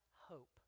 hope